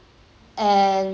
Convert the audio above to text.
and